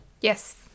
yes